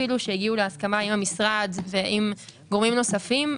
שהגיעו להסכמה עם המשרד ועם גורמים נוספים,